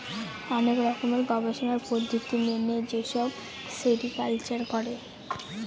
অনেক রকমের গবেষণার পদ্ধতি মেনে যেসব সেরিকালচার করে